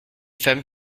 femmes